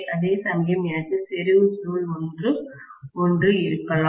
அதேசமயம் எனக்கு செறிவு சுருள் என்று ஒன்று இருக்கலாம்